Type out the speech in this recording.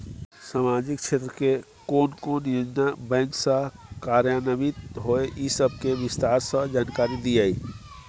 सामाजिक क्षेत्र के कोन कोन योजना बैंक स कार्यान्वित होय इ सब के विस्तार स जानकारी दिय?